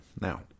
Now